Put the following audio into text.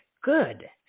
Good